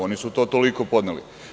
Oni su to toliko podneli.